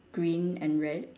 green and red